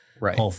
Right